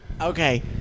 Okay